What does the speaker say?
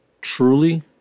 truly